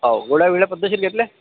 हो गोळ्या बिळया पद्धतशीर घेतल्या